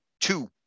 two